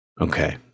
okay